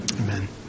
Amen